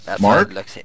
Mark